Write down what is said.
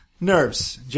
Nerves